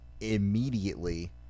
immediately